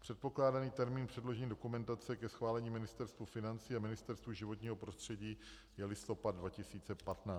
Předpokládaný termín předložení dokumentace ke schválení Ministerstvu financí a Ministerstvu životního prostředí je listopad 2015.